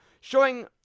showing